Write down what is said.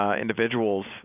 individuals